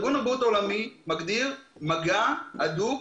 ארגון הבריאות העולמי מגדיר שאם יש מגע הדוק,